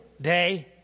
day